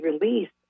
released